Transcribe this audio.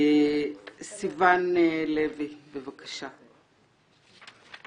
סיון לוי, בבקשה,